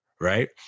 Right